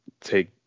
take